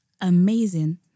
amazing